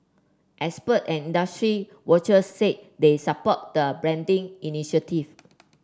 expert and industry watchers said they support the branding initiative